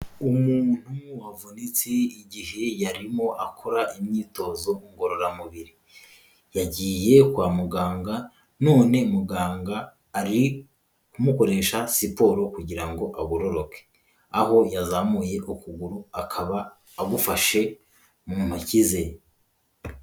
Umuntu wavunitse igihe yarimo akora imyitozo ngororamubiri, yagiye kwa muganga none muganga ari kumukoresha siporo kugira ngo agororoke, aho yazamuye ukuguru, akaba agufashe mu ntoki ze.